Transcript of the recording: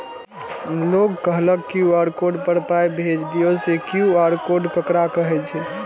लोग कहलक QR code पर पाय भेज दियौ से क्यू.आर कोड ककरा कहै छै?